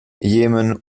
jemen